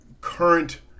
current